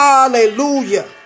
Hallelujah